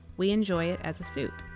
we enjoy it as a soup.